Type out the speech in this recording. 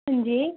हां जी